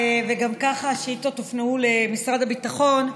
ככה השאילתות הופנו למשרד הביטחון.